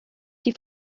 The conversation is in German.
die